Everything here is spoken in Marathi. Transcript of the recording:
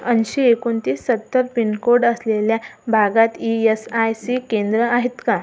ऐंशी एकोणतीस सत्तर पिनकोड असलेल्या भागात ई एस आय सी केंद्रं आहेत का